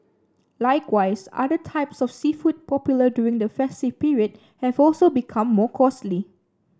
likewise other types of seafood popular during the festive period have also become more costly